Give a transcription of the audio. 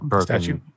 statue